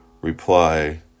reply